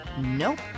Nope